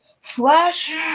Flash